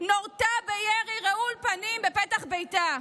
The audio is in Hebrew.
נורתה בידי רעול פנים בפתח ביתה,